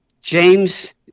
James